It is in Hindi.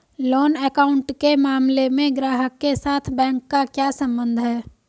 लोन अकाउंट के मामले में ग्राहक के साथ बैंक का क्या संबंध है?